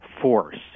force